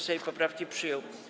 Sejm poprawki przyjął.